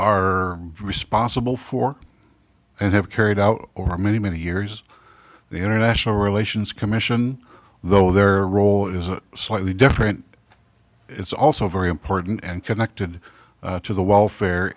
are responsible for and have carried out or many many years the international relations commission though their role is a slightly different it's also very important and connected to the welfare